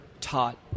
taught